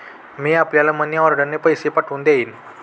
मी आपल्याला मनीऑर्डरने पैसे पाठवून देईन